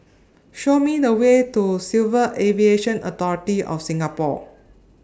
Show Me The Way to Civil Aviation Authority of Singapore